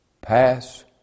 pass